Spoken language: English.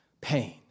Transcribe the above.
pain